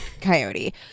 coyote